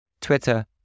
Twitter